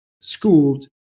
schooled